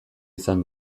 izan